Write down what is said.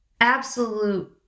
absolute